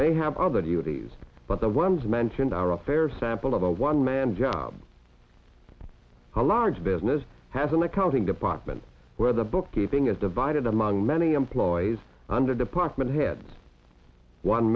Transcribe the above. may have other duties but the ones mentioned are a fair sample of a one man job a large business has an accounting department where the bookkeeping is divided among many employees under department heads one